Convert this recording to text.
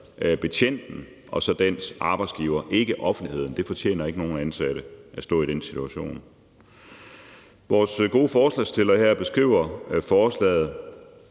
betjenten og vedkommendes arbejdsgiver, ikke offentligheden. Ingen ansatte fortjener at stå i den situation. Vores gode forslagsstillere her beskriver forslaget